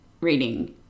reading